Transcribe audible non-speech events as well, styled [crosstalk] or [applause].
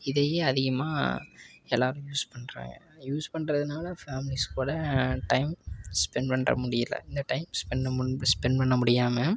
இதையே அதிகமாக எல்லாரும் யூஸ் பண்ணுறாங்க யூஸ் பண்ணுறதுனால ஃபேமிலிஸ்க்கூட டைம் ஸ்பெண்ட் பண்ணுறமுடியில இந்த டைம் ஸ்பெண்ட் [unintelligible] ஸ்பெண்ட் பண்ணமுடியாமல்